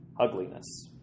ugliness